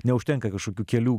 neužtenka kažkokių kelių